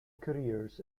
careers